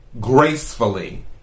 gracefully